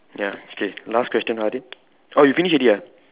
ya okay last question Harid oh you finish already ah